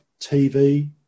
TV